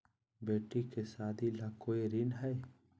बेटी के सादी ला कोई ऋण हई?